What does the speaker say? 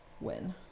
win